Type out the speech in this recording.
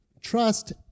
Trust